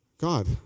God